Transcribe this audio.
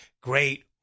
great